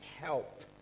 help